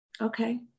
okay